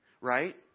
Right